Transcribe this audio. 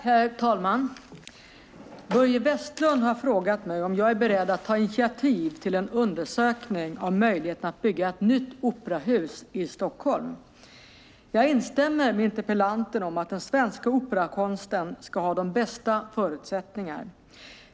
Herr talman! Börje Vestlund har frågat mig om jag är beredd att ta initiativ till en undersökning av möjligheten att bygga ett nytt operahus i Stockholm. Jag instämmer med interpellanten om att den svenska operakonsten ska ha de bästa förutsättningar.